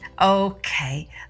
Okay